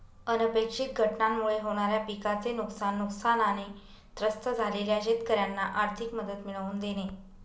अनपेक्षित घटनांमुळे होणाऱ्या पिकाचे नुकसान, नुकसानाने त्रस्त झालेल्या शेतकऱ्यांना आर्थिक मदत मिळवून देणे